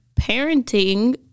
parenting